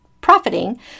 profiting